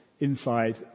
inside